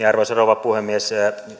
arvoisa rouva puhemies